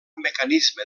mecanisme